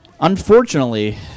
Unfortunately